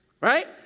Right